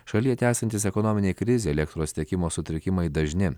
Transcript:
šalyje tęsiantis ekonominei krizei elektros tiekimo sutrikimai dažni